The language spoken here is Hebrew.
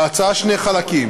להצעה שני חלקים.